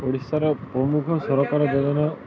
ଓଡ଼ିଶାର ପ୍ରମୁଖ ସରକାର ଯୋଜନା